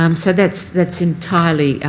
um so that's that's entirely